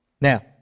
Now